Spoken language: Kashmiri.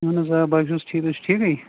اَہَن حظ آ بہٕ چھُس ٹھیٖک تُہۍ چھِو ٹھیٖکٕے